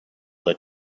that